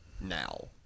now